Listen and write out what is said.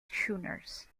schooners